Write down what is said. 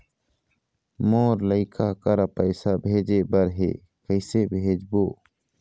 मोर लइका करा पैसा भेजें बर हे, कइसे भेजबो?